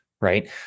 right